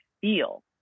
feel